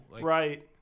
Right